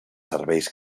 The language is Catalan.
serveis